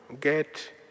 get